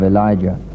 Elijah